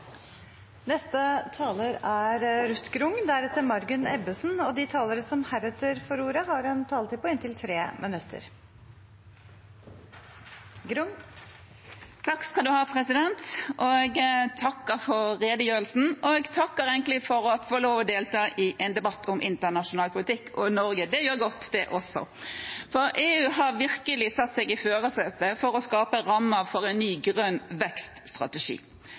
De talere som heretter får ordet, har en taletid på inntil 3 minutter. Jeg takker for redegjørelsen. Jeg takker også for å få lov til å delta i en debatt om internasjonal politikk og Norge. Det gjør godt, det også. EU har virkelig satt seg i førersetet for å skape rammer for en ny grønn vekststrategi.